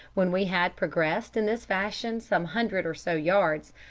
when we had progressed in this fashion some hundred or so yards,